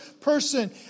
person